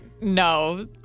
no